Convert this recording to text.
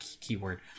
keyword